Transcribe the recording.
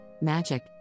magic